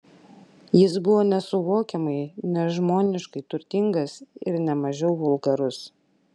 jis buvo nesuvokiamai nežmoniškai turtingas ir ne mažiau vulgarus